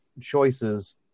choices